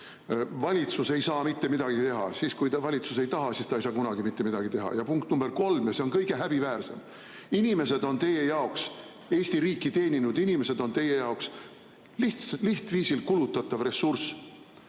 valitsus ei saa mitte midagi teha – siis, kui valitsus ei taha, siis ta ei saa kunagi mitte midagi teha. Ja punkt number kolm, ja see on kõige häbiväärsem: inimesed, Eesti riiki teeninud inimesed on teie jaoks lihtviisil kulutatav ressurss.